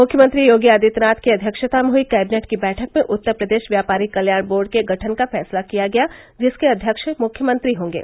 मुख्यमंत्री योगी आदित्यनाथ की अध्यक्षता में हई कैबिनेट की बैठक में उत्तर प्रदेश व्यापारी कल्याण बोर्ड के गठन का फैसला किया गया जिसके अध्यक्ष मुख्यमंत्री होंगे